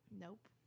Nope